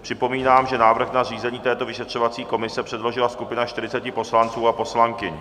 Připomínám, že návrh na zřízení této vyšetřovací komise předložila skupina 40 poslanců a poslankyň.